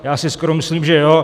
Já si skoro myslím, že jo.